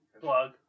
Plug